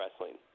Wrestling